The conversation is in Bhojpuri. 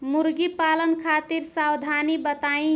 मुर्गी पालन खातिर सावधानी बताई?